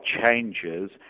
changes